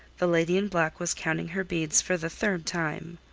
the lady in black was counting her beads for the third time.